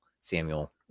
Samuel